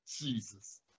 Jesus